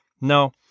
No